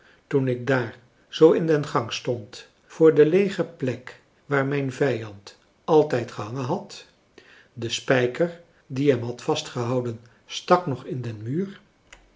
toen ik daar zoo in den gang stond voor de leege plek waar mijn vijand altijd gehangen had de spijker die hem had vastgehouden stak nog in den muur